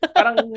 parang